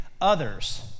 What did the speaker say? others